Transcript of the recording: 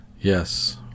yes